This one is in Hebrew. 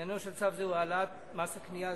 עניינו של צו זה הוא העלאת מס הקנייה על